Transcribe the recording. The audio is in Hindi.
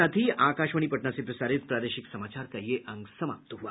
इसके साथ ही आकाशवाणी पटना से प्रसारित प्रादेशिक समाचार का ये अंक समाप्त हुआ